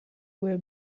will